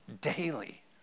daily